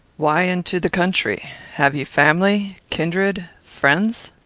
why into the country? have you family? kindred? friends?